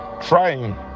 trying